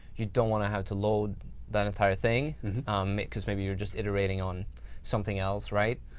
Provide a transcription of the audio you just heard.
you don't want to have to load that entire thing because maybe you're just iterating on something else. right?